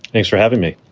thanks for having me.